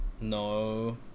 No